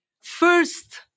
First